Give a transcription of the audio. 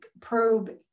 probe